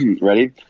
ready